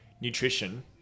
nutrition